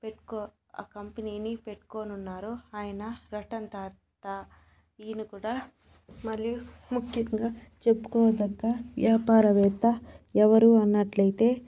పెట్టుకో ఆ కంపెనీ ని పెట్టుకోనున్నారు ఆయన రతన్ టాటా ఈయన కూడా మరియు ముఖ్యంగా చెప్పుకోదగ్గ వ్యాపారవేత్త ఎవరు అన్నట్లయితే